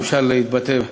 אם אפשר להתבטא כך,